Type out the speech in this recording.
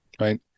right